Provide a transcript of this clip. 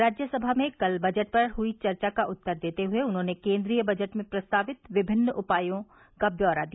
राज्यसभा में कल बजट पर हुई चर्चा का उत्तर देते हुए उन्होंने केन्द्रीय बजट में प्रस्तावित विभिन्न उपायों का ब्यौरा दिया